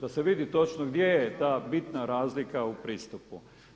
Da se vidi točno gdje je ta bitna razlika u pristupu.